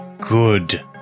good